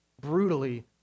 brutally